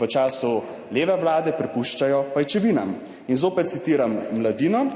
v času leve vlade prepuščajo pajčevinam. Zopet citiram Mladino: